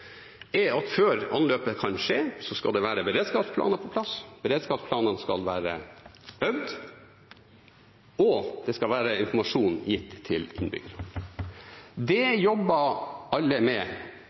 er at før anløp kan skje, skal det være beredskapsplaner på plass, beredskapsplanene skal være øvd på, og det skal være gitt informasjon til innbyggerne. Det